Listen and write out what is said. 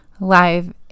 live